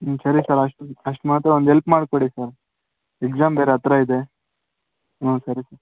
ಹ್ಞೂ ಸರಿ ಸರ್ ಅಷ್ಟು ಅಷ್ಟು ಮಾತ್ರ ಒಂದು ಎಲ್ಪ್ ಮಾಡಿಕೊಡಿ ಸರ್ ಎಕ್ಸಾಮ್ ಬೇರೆ ಹತ್ರ ಇದೆ ಹ್ಞೂ ಸರಿ ಸರ್